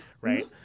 right